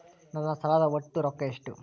ನನ್ನ ಸಾಲದ ಒಟ್ಟ ರೊಕ್ಕ ಎಷ್ಟು?